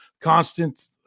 constant